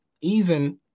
easing